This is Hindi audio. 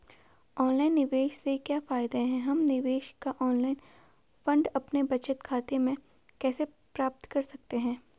ऑनलाइन निवेश से क्या फायदा है हम निवेश का ऑनलाइन फंड अपने बचत खाते में कैसे प्राप्त कर सकते हैं?